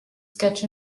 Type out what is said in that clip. sketch